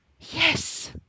yes